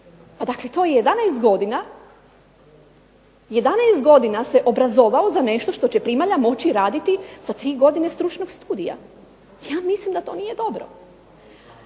Dakle, to je 11 godina, 11 godina se obrazovao za nešto što će primalja moći raditi sa 3 godine stručnog studija. Ja mislim da to nije dobro.